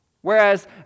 Whereas